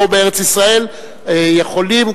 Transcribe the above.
פה בארץ-ישראל יכולים,